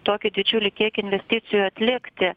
tokį didžiulį kiekį investicijų atlikti